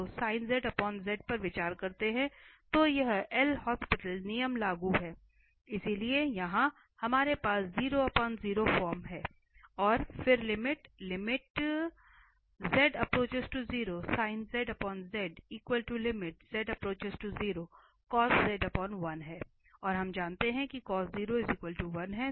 तो यह LHospital नियम लागू है इसलिए यहां हमारे पास form है और फिर लिमिट हैं और हम जानते हैं cos 0 1 है